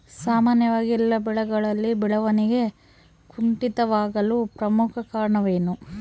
ಸಾಮಾನ್ಯವಾಗಿ ಎಲ್ಲ ಬೆಳೆಗಳಲ್ಲಿ ಬೆಳವಣಿಗೆ ಕುಂಠಿತವಾಗಲು ಪ್ರಮುಖ ಕಾರಣವೇನು?